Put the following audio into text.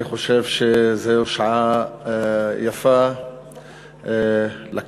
אני חושב שזו שעה יפה לכנסת,